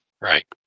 Right